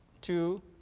two